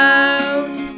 out